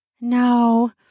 No